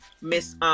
Miss